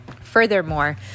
Furthermore